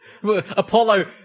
Apollo